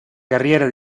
carriera